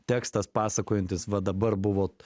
tekstas pasakojantis va dabar buvo